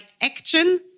action